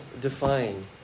define